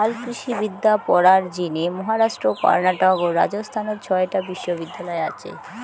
হালকৃষিবিদ্যা পড়ার জিনে মহারাষ্ট্র, কর্ণাটক ও রাজস্থানত ছয়টা বিশ্ববিদ্যালয় আচে